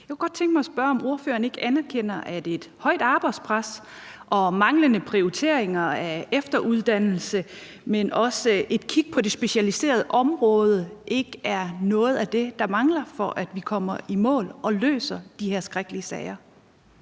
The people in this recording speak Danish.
Jeg kunne godt tænke mig at spørge, om ordføreren ikke anerkender, at et højt arbejdspres og manglende prioritering af efteruddannelse er noget af det, der mangler at blive kigget på – og også et kig på det specialiserede område – for at vi kommer i mål og løser de her skrækkelige sager.